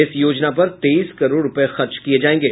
इस योजना पर तेईस करोड़ रूपये खर्च किये जायेंगे